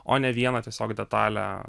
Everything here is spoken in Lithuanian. o ne vieną tiesiog detalę